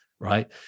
right